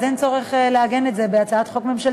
כי אין צורך לעגן את זה בהצעת חוק ממשלתית.